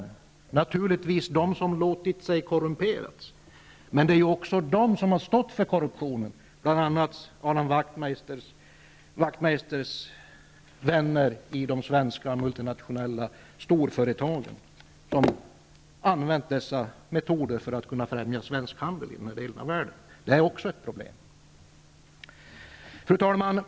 Ja, naturligtvis de som har låtit sig korrumperas men också de som har stått för korruptionen -- bl.a. Ian Wachtmeisters vänner i de svenska multinationella storföretagen, som har använt sig av sådana här metoder för att kunna främja svensk handel i den här delen av världen. Detta är också ett problem. Fru talman!